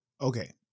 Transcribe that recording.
okay